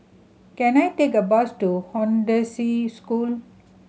can I take a bus to Hollandse School